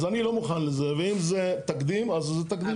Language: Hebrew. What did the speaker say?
אז אני לא מוכן לזה ואם זה תקדים, אז זה תקדים.